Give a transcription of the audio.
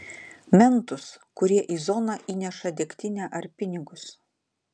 mentus kurie į zoną įneša degtinę ar pinigus